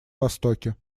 востоке